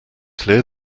clear